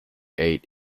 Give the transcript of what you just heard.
eight